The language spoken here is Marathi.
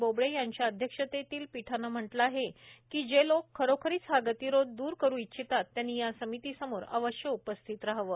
बोबडे यांच्या अध्यक्षतेतील पीठान म्हटले आहे की जे लोक खरोखरच हा गतिरोध दूर करू इछितात त्यांनी हया समितीसमोर अवश्य उपस्थित राहावे